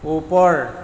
ওপৰ